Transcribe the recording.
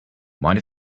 mind